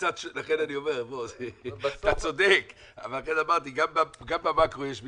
לכן אני אומר, אתה צודק, אבל גם במקרו יש מיקרו.